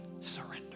Surrender